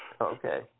Okay